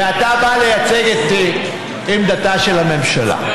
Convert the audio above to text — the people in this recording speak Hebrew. ואתה בא לייצג את עמדתה של הממשלה.